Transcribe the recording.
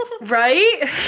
Right